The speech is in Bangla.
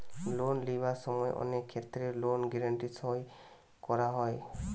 লোন লিবার সময় অনেক ক্ষেত্রে লোন গ্যারান্টি সই করা হয়